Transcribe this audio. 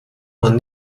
man